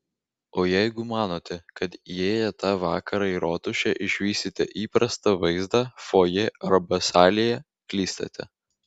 o jeigu manote kad įėję tą vakarą į rotušę išvysite įprastą vaizdą fojė arba salėje klystate